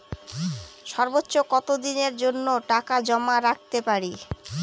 সর্বোচ্চ কত দিনের জন্য টাকা জমা রাখতে পারি?